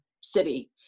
city